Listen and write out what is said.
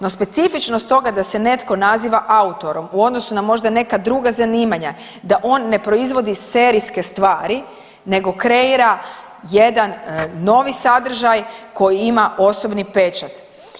No specifičnost toga da se netko naziva autorom u odnosu na možda neka druga zanimanja da on ne proizvodi serijske stvari nego kreira jedan novi sadržaj koji ima osobni pečat.